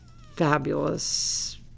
Fabulous